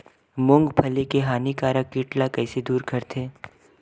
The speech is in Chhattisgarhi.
मूंगफली के हानिकारक कीट ला कइसे दूर करथे?